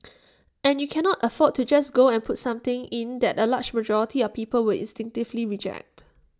and you cannot afford to just go and put something in that A large majority of people will instinctively reject